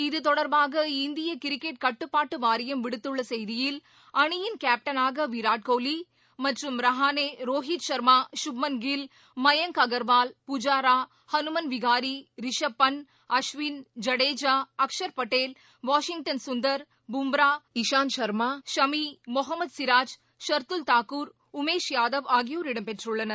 இது தொடர்பாக இந்திய கிரிக்கெட் கட்டுப்பாட்டு வாரியம் விடுத்துள்ள செய்தியில் அணியின் கேப்டனாக விராட் கோலி மற்றும் ரஹானே ரோகித் சர்மா குப்மன் கில் மயாங்க் அகர்வால் புஜரா ஹனுமன் விகாரி ரிஷப் பண்ட் அஸ்வின் ஜடேஜா அக்ஷார் பட்டேல் வாஷிங்டன் சுந்தர் பும்ரா இசாந்த் சர்மா ஷமி முஹமது சிராஜ் ஷர்துல் தாகூர் உமேஷ் யாதவ் ஆகியோர் இடம்பெற்றுள்ளனர்